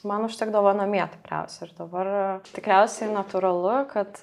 man užtekdavo namie tikriausiai ir dabar tikriausiai natūralu kad